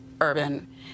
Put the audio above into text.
urban